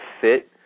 fit